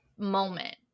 moment